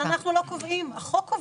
אבל אנחנו לא קובעים, החוק קובע.